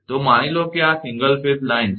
તો માની લો કે આ એક સિંગલ ફેઝ લાઇન છે